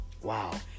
Wow